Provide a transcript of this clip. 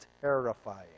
terrifying